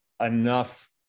enough